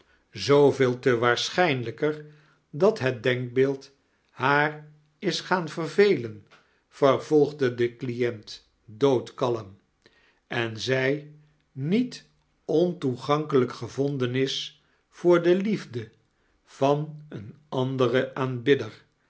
zooveel te waarschijnlijkej dat hot denkbeeld haar is gaan vervelen vervolgde de client doodkalm en zij niet ontoegankelijk gevonden is voor de liefde van een anderen aanbidder